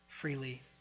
freely